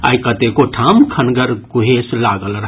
आइ कतेको ठाम घनगर कुहेस लागल रहल